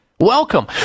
Welcome